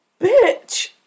Bitch